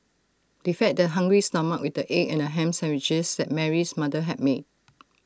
they fed their hungry stomachs with the egg and Ham Sandwiches that Mary's mother had made